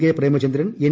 K Premachandran N